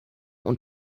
und